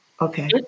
Okay